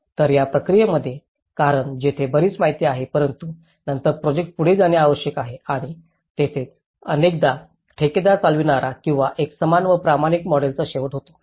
तर या प्रक्रियेमध्ये कारण तेथे बरेच माहिती आहे परंतु नंतर प्रोजेक्ट पुढे जाणे आवश्यक आहे आणि येथेच अनेकदा ठेकेदार चालविणारा किंवा एकसमान व प्रमाणित मॉडेल्सचा शेवट होतो